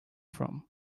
from